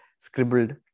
scribbled